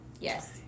yes